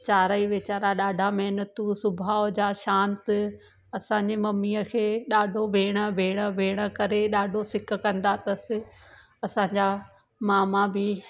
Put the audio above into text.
चारई वीचारा ॾाढा महिनतूं स्वभाव जा शांत असांजे मम्मीअ खे ॾाढो भेण भेण भेण करे ॾाढो सिक कंदा अथसि असांजा मामा बि